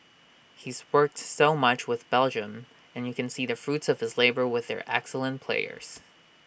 he's worked so much with Belgium and you can see the fruits of his labour with their excellent players